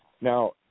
Now